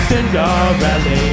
Cinderella